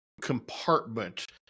compartment